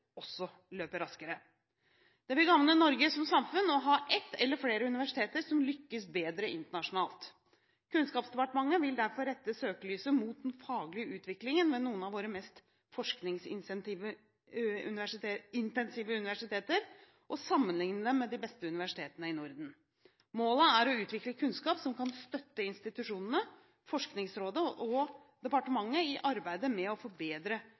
også løper raskere. Det vil gagne Norge som samfunn å ha ett eller flere universiteter som lykkes bedre internasjonalt. Kunnskapsdepartementet vil derfor rette søkelyset mot den faglige utviklingen ved noen av våre mest forskningsintensive universiteter og sammenlikne dem med de beste universitetene i Norden. Målet er å utvikle kunnskap som kan støtte institusjonene, Forskningsrådet og departementet i arbeidet med å forbedre